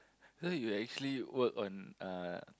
so you actually work on uh